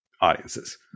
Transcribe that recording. audiences